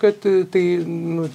kad tai nu